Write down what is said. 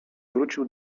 wrócił